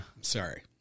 Sorry